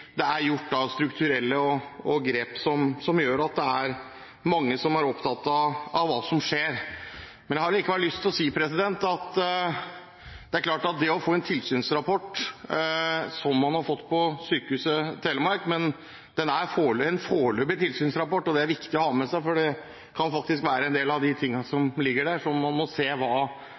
det er gjort strukturelle grep som gjør at mange er opptatt av hva som skjer. Men jeg har likevel lyst til å si at tilsynsrapporten som man har fått på Sykehuset Telemark, er en foreløpig tilsynsrapport. Det er viktig å ha med seg. Når det gjelder en del av de tingene som ligger der, må man se hva